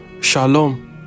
Shalom